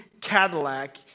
Cadillac